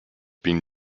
been